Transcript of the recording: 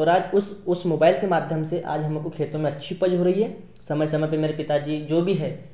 और आज उस उस मोबाइल के माध्यम से आज हम लोगों के खेतों में अच्छी उपज हो रही है समय समय पर मेरे पिता जी जो भी है